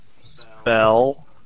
spell